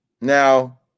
Now